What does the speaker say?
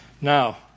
Now